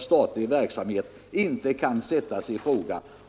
statlig verksamhet inte kan sättas i fråga.